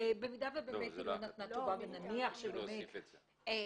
במידה ובאמת היא נתנה תשובה ונניח שיש חופשה